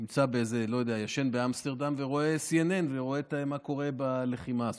ישן באמסטרדם ורואה ב-CNN מה קורה בלחימה.